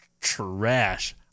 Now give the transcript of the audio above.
trash